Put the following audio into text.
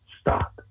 Stop